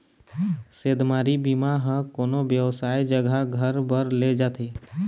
सेधमारी बीमा ह कोनो बेवसाय जघा घर बर ले जाथे